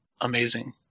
amazing